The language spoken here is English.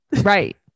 right